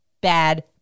bad